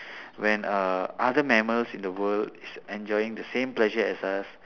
when uh other mammals in the world is enjoying the same pleasures as us